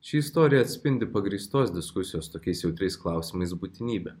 ši istorija atspindi pagrįstos diskusijos tokiais jautriais klausimais būtinybę